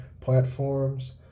platforms